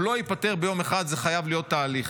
הוא לא ייפתר ביום אחד, זה חייב להיות תהליך.